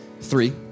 three